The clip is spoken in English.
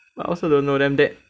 I also don't know them that